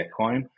Bitcoin